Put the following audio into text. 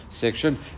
section